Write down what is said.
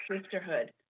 sisterhood